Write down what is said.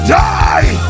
die